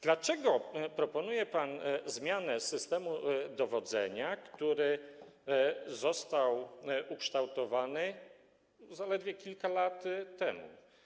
Dlaczego proponuje pan zmianę systemu dowodzenia, który został ukształtowany zaledwie kilka lat temu?